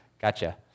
Gotcha